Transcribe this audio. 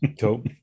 Cool